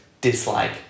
Dislike